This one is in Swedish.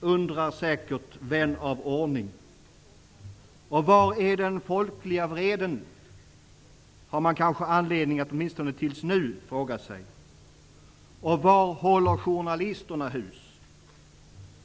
undrar säkert vän av ordning. Var är den folkliga vreden? har man kanske tills nu haft anledning att fråga sig. Var håller journalisterna hus?